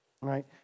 right